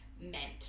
meant